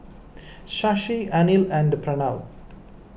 Shashi Anil and Pranav